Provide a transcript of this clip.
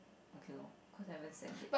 okay lor cause I haven't send yet